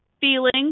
feeling